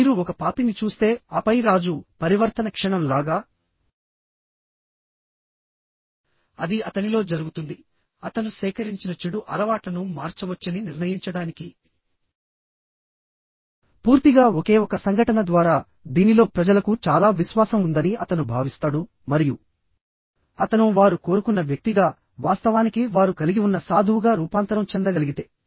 మీరు ఒక పాపిని చూస్తే ఆపై రాజుపరివర్తన క్షణం లాగా అది అతనిలో జరుగుతుంది అతను సేకరించిన చెడు అలవాట్లను మార్చవచ్చని నిర్ణయించడానికి పూర్తిగా ఒకే ఒక సంఘటన ద్వారాదీనిలో ప్రజలకు చాలా విశ్వాసం ఉందని అతను భావిస్తాడు మరియు అతను వారు కోరుకున్న వ్యక్తిగావాస్తవానికి వారు కలిగి ఉన్న సాధువుగా రూపాంతరం చెందగలిగితే